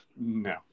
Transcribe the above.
no